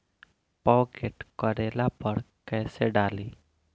Pocket करेला पर कैसे डाली?